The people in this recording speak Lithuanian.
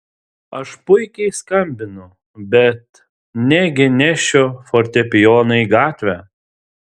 aš puikiai skambinu bet negi nešiu fortepijoną į gatvę